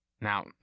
Now